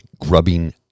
grubbing